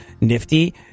nifty